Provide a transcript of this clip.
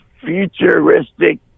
futuristic